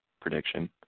prediction